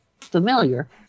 familiar